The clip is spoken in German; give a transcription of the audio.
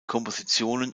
kompositionen